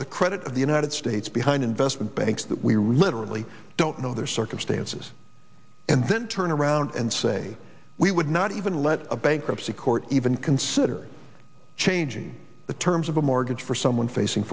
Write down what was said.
the credit of the united states behind investment banks that we were literally don't know their circumstances and then turn around and say we would not even let a bankruptcy court even consider changing the terms of a mortgage for someone facing